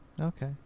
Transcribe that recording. Okay